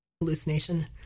hallucination